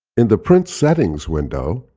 in the print settings window,